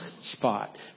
spot